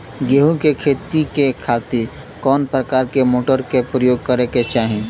गेहूँ के खेती के खातिर कवना प्रकार के मोटर के प्रयोग करे के चाही?